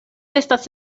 estas